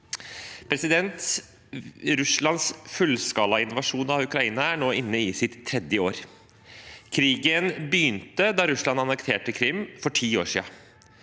Norge. Russlands fullskalainvasjon av Ukraina er nå inne i sitt tredje år. Krigen begynte da Russland annekterte Krym for ti år siden.